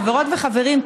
חברות וחברים,